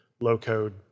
low-code